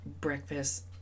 Breakfast